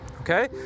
okay